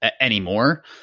anymore